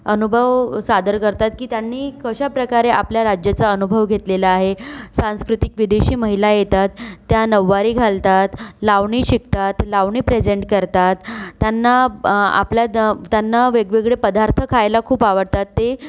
अनुभव सादर करतात की त्यांनी कशाप्रकारे आपल्या राज्याचा अनुभव घेतलेला आहे सांस्कृतिक विदेशी महिला येतात त्या नऊवारी घालतात लावणी शिकतात लावणी प्रेझेंट करतात त्यांना आपल्या त्यांना वेगवेगळे पदार्थ खायला खूप आवडतात